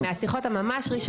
את זוכרת מהשיחות הממש-ראשונות,